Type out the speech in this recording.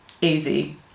easy